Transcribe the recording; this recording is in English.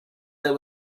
that